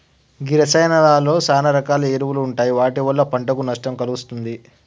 గీ రసాయానాలలో సాన రకాల ఎరువులు ఉంటాయి వాటి వల్ల పంటకు నష్టం కలిగిస్తుంది